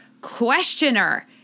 questioner